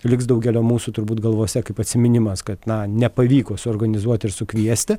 liks daugelio mūsų turbūt galvose kaip atsiminimas kad na nepavyko suorganizuoti ir sukviesti